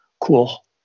Cool